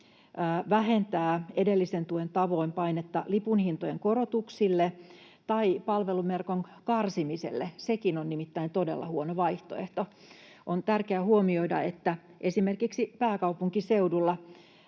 vähentää edellisen tuen tavoin painetta lipunhintojen korotuksille tai palveluverkon karsimiselle, sekin on nimittäin todella huono vaihtoehto. On tärkeä huomioida, että esimerkiksi pääkaupunkiseudulla